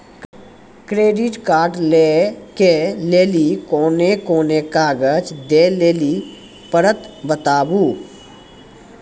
Credit card लै के लेली कोने कोने कागज दे लेली पड़त बताबू?